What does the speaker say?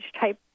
type